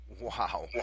Wow